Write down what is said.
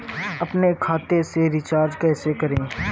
अपने खाते से रिचार्ज कैसे करें?